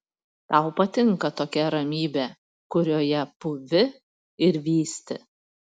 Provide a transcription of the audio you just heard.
tau patinka tokia ramybė kurioje pūvi ir vysti